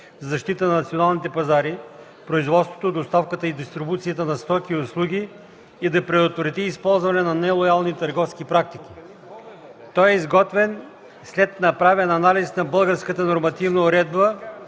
защита на националните пазари, производството, доставката и дистрибуцията на стоки и услуги и да предотврати използването на нелоялни търговски практики. Той е изготвен след направен анализ на българската нормативна уредба